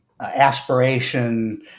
aspiration